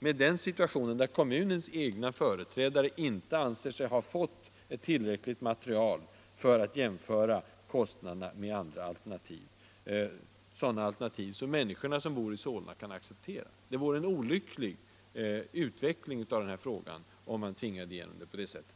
i den situationen där kommunens egna företrädare inte anser sig ha fått tillräckligt material för att jämföra kostnaderna med andra alternativ — sådana som människorna som bor i Solna kan acceptera. Det vore en olycklig utveckling av den här frågan om man på det sättet tvingade igenom en lösning.